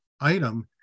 item